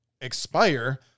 expire